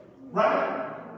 right